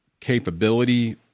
capability